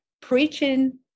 preaching